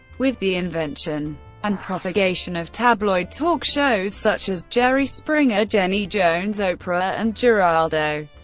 with the invention and propagation of tabloid talk shows such as jerry springer, jenny jones, oprah, and geraldo,